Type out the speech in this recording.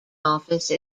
office